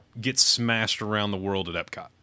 get-smashed-around-the-world-at-Epcot